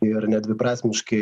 ir nedviprasmiškai